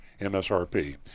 MSRP